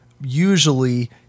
usually